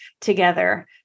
together